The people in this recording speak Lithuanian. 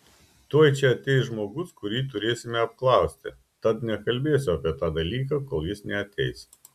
tuoj čia ateis žmogus kurį turėsime apklausti tad nekalbėsiu apie tą dalyką kol jis neateis